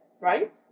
Right